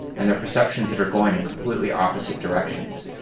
and they're perceptions that are going in completely opposite directions.